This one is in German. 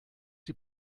die